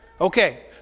Okay